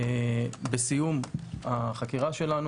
בסיום החקירה שלנו,